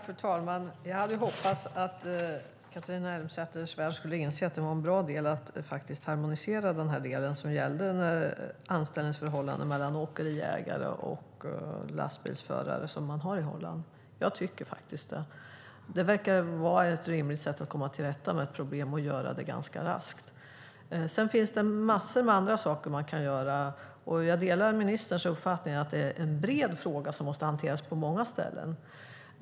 Fru talman! Jag hade hoppats att Catharina Elmsäter-Svärd skulle inse att det vore bra att harmonisera den här delen som gäller anställningsförhållande mellan åkeriägare och lastbilsförare på det sätt som man gör i Holland. Jag tycker att det verkar vara ett rimligt sätt att komma till rätta med ett problem ganska raskt. Sedan finns det massor med andra saker man kan göra. Jag delar ministerns uppfattning att det är en bred fråga som måste hanteras på många ställen.